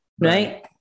right